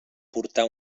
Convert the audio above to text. portar